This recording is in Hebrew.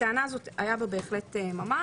הטענה הזאת היה בה בהחלט ממש,